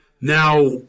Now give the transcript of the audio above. Now